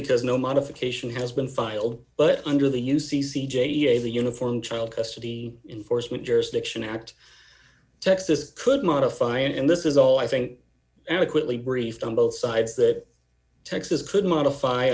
because no modification has been filed but under the u c c j a the uniform child custody in forcemeat jurisdiction act texas could modify and this is all i think adequately briefed on both sides that texas could modify